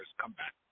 comeback